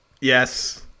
Yes